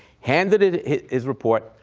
handed his report,